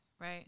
Right